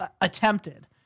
Attempted